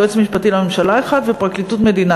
יועץ משפטי לממשלה אחד ופרקליטות מדינה